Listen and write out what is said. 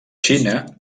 xina